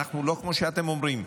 אנחנו לא כמו שאתם אומרים.